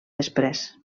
després